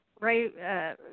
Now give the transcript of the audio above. right